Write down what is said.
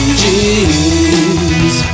jeans